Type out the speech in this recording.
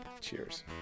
Cheers